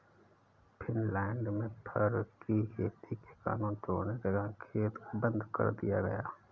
Finland में fur की खेती के कानून तोड़ने के कारण खेत बंद कर दिया गया